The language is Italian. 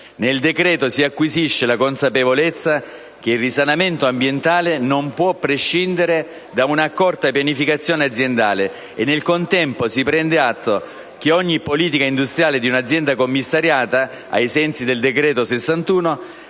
nel decreto si acquisisce la consapevolezza che il risanamento ambientale non può prescindere da un'accorta pianificazione aziendale e, nel contempo, si prende atto che ogni politica industriale di un'azienda commissariata, ai sensi del decreto-legge